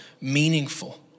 meaningful